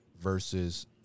versus